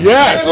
Yes